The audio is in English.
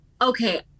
Okay